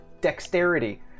dexterity